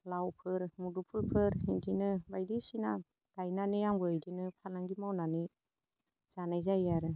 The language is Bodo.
लावफोर मुदुफुलफोर इदिनो बायदिसिना गायनानै आंबो इदिनो फालांगि मावनानै जानाय जायो आरो